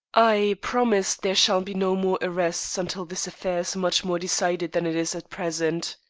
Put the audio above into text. i promise there shall be no more arrests until this affair is much more decided than it is at present.